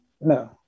no